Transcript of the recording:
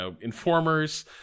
informers